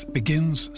begins